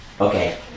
okay